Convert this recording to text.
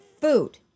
food